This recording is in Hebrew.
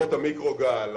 אגרות המיקרוגל,